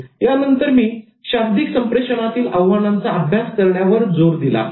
यानंतर मी शाब्दिक संप्रेषणतील आव्हानांचा अभ्यास करण्यावर जोर दिला आहे